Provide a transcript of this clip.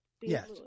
Yes